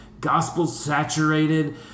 gospel-saturated